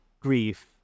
Grief